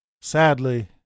Sadly